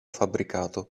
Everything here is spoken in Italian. fabbricato